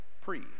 pre